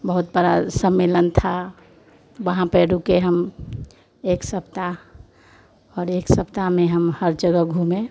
बहुत तरह सम्मलेन था वहाँ पर रुके हम एक सप्ताह एक सप्ताह में हम हर जगह घूमें